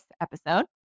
episode